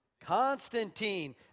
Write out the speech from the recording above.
Constantine